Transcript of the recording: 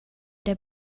der